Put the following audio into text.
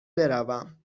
بروم